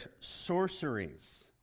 sorceries